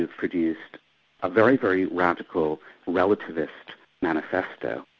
ah produced a very, very radical relativist manifesto.